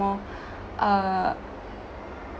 more uh